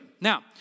now